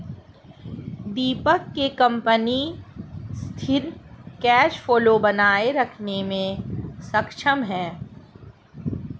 दीपक के कंपनी सिथिर cash flow बनाए रखने मे सक्षम है